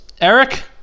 Eric